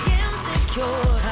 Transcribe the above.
insecure